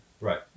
Right